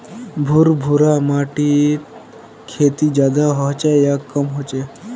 भुर भुरा माटिर खेती ज्यादा होचे या कम होचए?